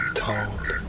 told